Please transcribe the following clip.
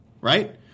Right